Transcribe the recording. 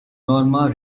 norma